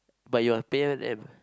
but you are pay one them